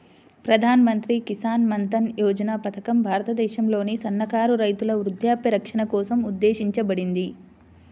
ప్రధాన్ మంత్రి కిసాన్ మన్ధన్ యోజన పథకం భారతదేశంలోని సన్నకారు రైతుల వృద్ధాప్య రక్షణ కోసం ఉద్దేశించబడింది